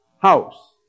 house